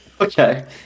Okay